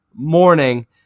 morning